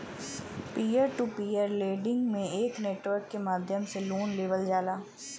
peer to peer lending में एक network के माध्यम से लोन लेवल जाला